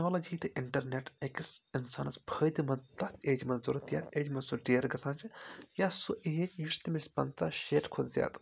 technology تہٕ internet أکِس اِنسانَس فٲیدٕ مند تتھ ایجہِ منٛز ضوٚرتھ یتھ منٛز سُہ ڈیرٕ گژھان چھِ یا سُہ ایج یُس تٔمِس پنژاہ شیٹھ کھۄتہٕ زیادٕ